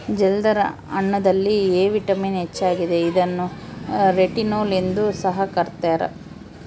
ಜಲ್ದರ್ ಹಣ್ಣುದಲ್ಲಿ A vitamin ಹೆಚ್ಚಾಗಿದೆ ಇದನ್ನು ರೆಟಿನೋಲ್ ಎಂದು ಸಹ ಕರ್ತ್ಯರ